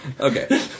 Okay